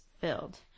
filled